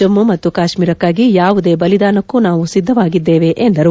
ಜಮ್ಮು ಮತ್ತು ಕಾಶ್ಮೀರಕ್ಕಾಗಿ ಯಾವುದೇ ಬಲಿದಾನಕ್ಕೂ ನಾವು ಸಿದ್ದವಾಗಿದ್ದೇವೆ ಎಂದರು